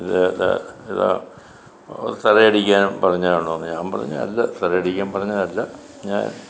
സല അടിക്കാൻ പറഞ്ഞതാണോ എന്ന് ഞാൻ പറഞ്ഞു അല്ല സല അടിക്കാൻ പറഞ്ഞതല്ല ഞാൻ